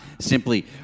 simply